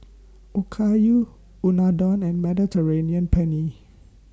Okayu Unadon and Mediterranean Penne